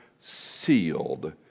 sealed